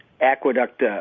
aqueduct